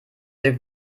ihr